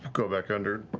go back under,